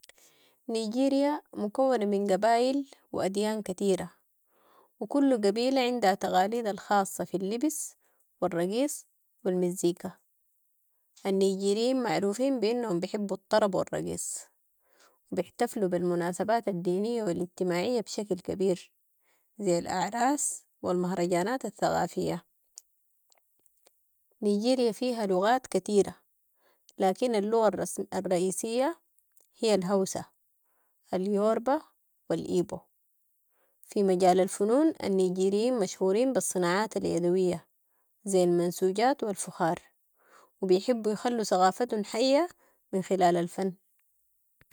نيجيريا مكونة من قبائل و اديان كتيرة و كل قبيلة عندها تقاليدها الخاصة في اللبس و الرقيص و المزيكا. النيجيريين معروفين بانهم بحبوا الطرب و الرقيص و بيحتفلوا بالمناسبات الدينية و الاجتماعية بشكل كبير، زي الاعراس و المهرجانات الثقافية. نيجيريا فيها لغات كتيرة، لكن اللغات الرسم- الرئيسية هي الهوسة، اليوروبا و الإيبو. في مجال الفنون، النيجيريين مشهورين بالصناعات اليدوية، زي المنسوجات و الفخار و بحبوا يخلوا ثقافتهم حية من خلال الفن.